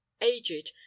aged